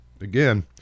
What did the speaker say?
again